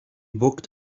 booked